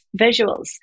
visuals